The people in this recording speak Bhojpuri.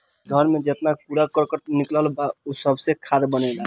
घर में जेतना कूड़ा करकट निकलत बा उ सबसे खाद बनेला